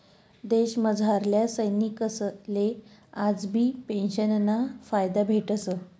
देशमझारल्या सैनिकसले आजबी पेंशनना फायदा भेटस